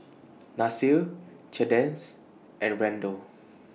Nasir Cadence and Randel